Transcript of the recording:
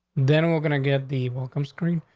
then we're gonna get the welcome screen.